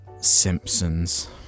Simpsons